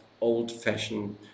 old-fashioned